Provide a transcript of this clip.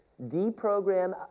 Deprogram